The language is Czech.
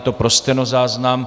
Je to pro stenozáznam.